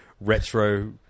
retro